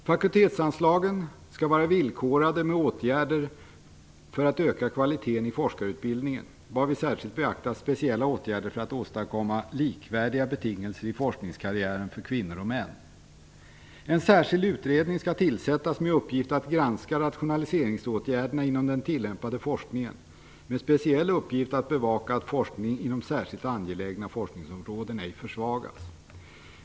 Fakultetsanslagen skall vara villkorade med åtgärder för att öka kvaliteten i forskarutbildningen varvid särskilt beaktas speciella åtgärder för att åstadkomma likvärdiga betingelser i forskningskarriären för kvinnor och män. En särskild utredning skall tillsättas med uppgift att granska rationaliseringsåtgärderna inom den tilllämpade forskningen, med speciell uppgift att bevaka att forskning inom särskilt angelägna forskningsområden ej försvagas.